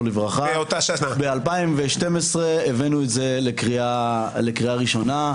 לברכה ב- 2012 הבאנו את זה לקריאה ראשונה,